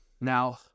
Now